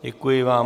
Děkuji vám.